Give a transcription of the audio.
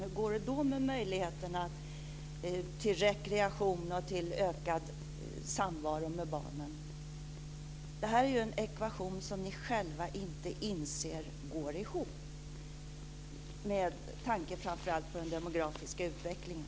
Hur går det då med möjligheterna till rekreation och ökad samvaro med barnen? Det här är ju en ekvation som ni själva måste inse inte går ihop, framför allt med tanke på den demografiska utvecklingen.